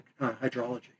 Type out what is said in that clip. hydrology